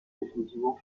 définitivement